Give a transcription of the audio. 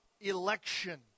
election